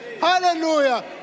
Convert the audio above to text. hallelujah